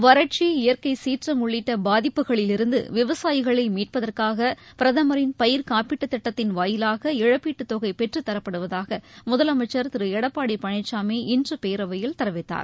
வறட்சி இயற்கை சீற்றம் உள்ளிட்ட பாதிப்புகளிலிருந்து விவசாயிகளை மீட்பதற்காக பிரதமரின் பயிர்க்காப்பீட்டுத் திட்டத்தின் வாயிலாக இழப்பீட்டுத்தொகை பெற்றுத்தரப்படுவதாக முதலமைச்சர் திரு எடப்பாடி பழனிசாமி இன்று பேரவையில் தெரிவித்தார்